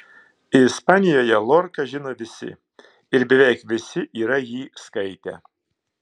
ispanijoje lorką žino visi ir beveik visi yra jį skaitę